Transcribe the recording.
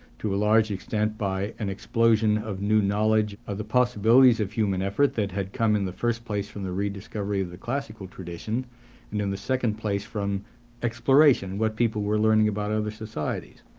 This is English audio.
to a large extent by an explosion of new knowledge and the possibilities of human effort that had come in the first place from the rediscovery of the classical tradition in in the second place from exploration-what people were learning about other societies.